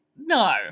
no